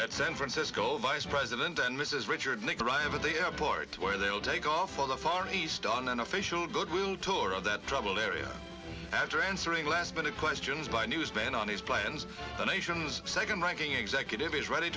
navy sent francisco vice president and mrs richard nixon right at the airport where they will take off on the far east on an official goodwill tour of that tribal area after answering last minute questions by newsman on his plans the nation's second ranking executive is ready